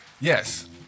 Yes